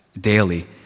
daily